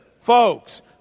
folks